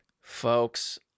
folks